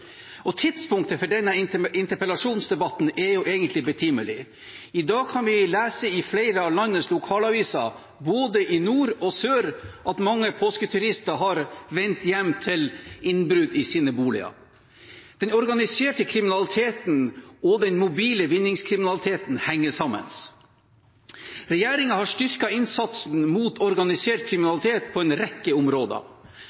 Og tidspunktet for denne interpellasjonsdebatten er egentlig betimelig. I dag kan vi lese i flere av landets lokalaviser både i nord og sør at mange påsketurister har vendt hjem til innbrudd i sine boliger. Den organiserte kriminaliteten og den mobile vinningskriminaliteten henger sammen. Regjeringen har styrket innsatsen mot organisert